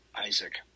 isaac